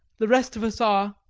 the rest of us are,